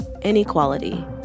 inequality